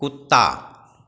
कुत्ता